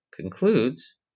concludes